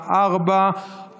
בשעה 16:00.